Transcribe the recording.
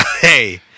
hey